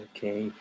Okay